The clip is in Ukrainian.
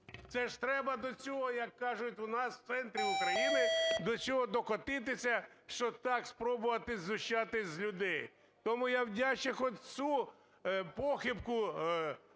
Це ж треба до цього, як кажуть у нас в центрі України, до цього докотитися, що так спробувати знущатись з людей. Тому я вдячний, хоч цю похибку